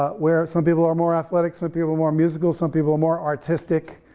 ah where some people are more athletic, so people are more musical, some people are more artistic,